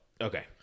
Okay